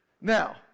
Now